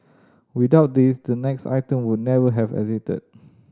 without this the next item would never have existed